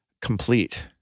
complete